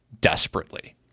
desperately